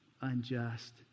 unjust